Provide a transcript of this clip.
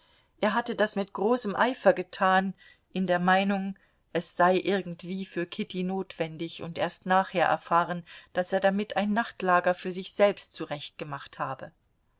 er hatte das mit großem eifer getan in der meinung es sei irgendwie für kitty notwendig und erst nachher erfahren daß er damit ein nachtlager für sich selbst zurechtgemacht habe